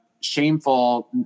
shameful